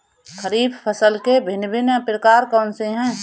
खरीब फसल के भिन भिन प्रकार कौन से हैं?